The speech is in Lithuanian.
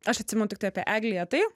aš atsimenu tiktai apie egliją tai